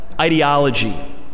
ideology